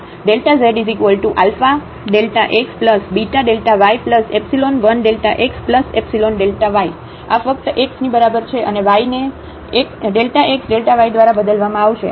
fxyx52sin 1x y52cos 1y x≠0y≠0 0elsewhere zaxbΔy1x2y આ ફક્ત x ની બરાબર છે અને y ને Δ x Δ y દ્વારા બદલવામાં આવશે આ 0 છે